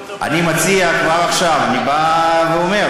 היא לא הייתה סתם, נראה מה הם יצביעו.